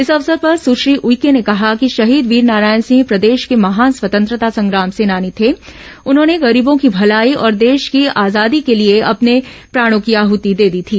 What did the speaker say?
इस अवसर पर सुश्री उइके ने कहा कि शहीद वीरनारायण सिंह प्रदेश के महान स्वतंत्रता संग्राम सेनानी थे जिन्होंने गरीबों की भलाई और देश की आजादी के लिए अपने प्राणों की आहति दे दी थी